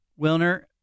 Wilner